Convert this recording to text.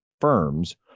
firms